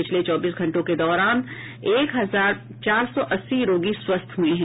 पिछले चौबीस घंटों के दौरान एक हजार चार सौ अस्सी रोगी स्वस्थ हुए हैं